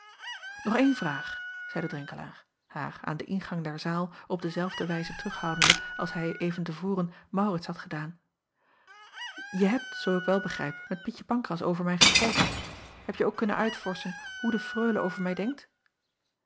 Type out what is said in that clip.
og eene vraag zeide renkelaer haar aan den ingang der zaal op dezelfde wijze terughoudende als hij even te voren aurits had gedaan je hebt zoo ik wel begreep met ietje ancras over mij gesproken ebje ook kunnen uitvorschen hoe de reule over mij denkt